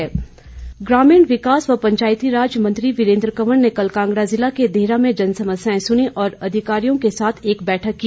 वीरेंद्र कंवर ग्रामीण विकास व पंचायती राज मंत्री वीरेंद्र कंवर ने कल कांगड़ा जिले के देहरा में जनसमस्याएं सुनी और अधिकारियों के साथ एक बैठक की